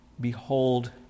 Behold